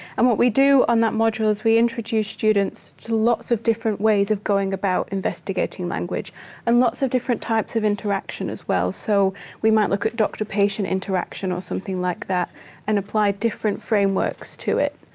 and what we do on that module is we introduce students to lots of different ways of going about investigating language and lots of different types of interaction as well. so we might look at doctor-patient interaction or something like that and apply different frameworks to it.